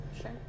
Sure